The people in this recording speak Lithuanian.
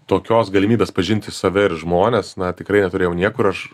tokios galimybės pažinti save ir žmones na tikrai turėjau niekur aš